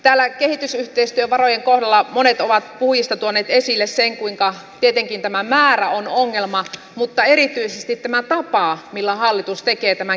täällä kehitysyhteistyövarojen kohdalla monet puhujista ovat tuoneet esille sen kuinka tietenkin tämä määrä on ongelma mutta erityisesti tämä tapa millä hallitus tekee tämän kehitysyhteistyömäärärahojen leikkauksen